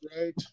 right